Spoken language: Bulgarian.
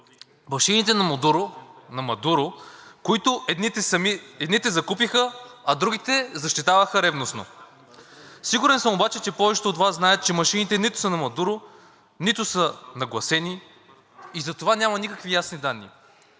Машините на Мадуро, които едните закупиха, а другите защитаваха ревностно, и съм сигурен обаче, че повечето от Вас знаят, че машините нито са на Мадуро, нито са нагласени и затова няма никакви ясни данни.